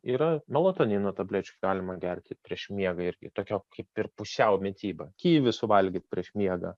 yra melatonino tablečių galima gerti prieš miegą irgi tokia kaip ir pusiau mityba kivį suvalgyt prieš miegą